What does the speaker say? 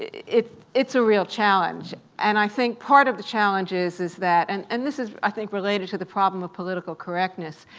it's it's a real challenge, and i think part of the challenge is is that, and and this is, i think, related to the problem of political correctness,